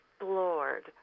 explored